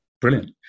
Brilliant